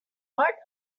part